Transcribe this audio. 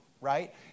right